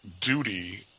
duty